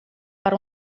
per